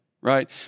right